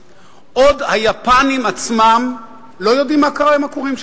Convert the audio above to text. עוד היפנים עצמם לא יודעים מה קרה עם הכורים שלהם,